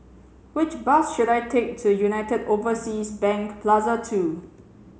which bus should I take to United Overseas Bank Plaza Two